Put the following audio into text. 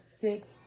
six